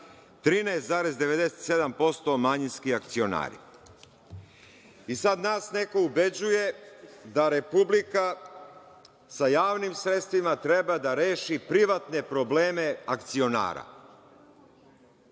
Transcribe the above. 13,97% manjinski akcionari. Sada nas neko ubeđuje da Republika sa javnim sredstvima treba da reši privatne probleme akcionara.